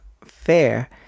fair